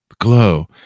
glow